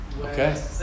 Okay